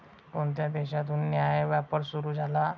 कोणत्या देशातून न्याय्य व्यापार सुरू झाला?